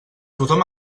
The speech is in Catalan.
tothom